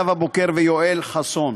נאוה בוקר ויואל חסון.